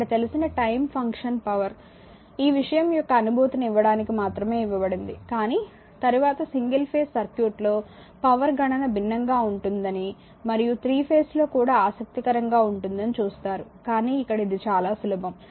ఇక్కడ తెలిసిన time function power ఈ విషయం యొక్క అనుభూతిని ఇవ్వడానికి మాత్రమే ఇవ్వబడింది కానీ తరువాత సింగిల్ ఫేజ్ సర్క్యూట్లో పవర్ గణన భిన్నంగా ఉంటుందని మరియు 3 ఫేస్ లో కూడా ఆసక్తికరంగా ఉంటుందని చూస్తారు కానీ ఇక్కడ ఇది చాలా సులభం